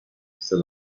desde